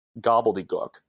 gobbledygook